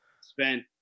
spent